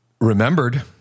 remembered